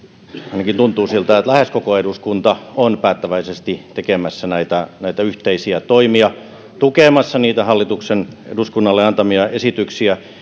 ainakin tuntuu siltä että lähes koko eduskunta on päättäväisesti tekemässä näitä näitä yhteisiä toimia tukemassa niitä hallituksen eduskunnalle antamia esityksiä